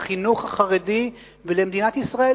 לחינוך החרדי ולמדינת ישראל,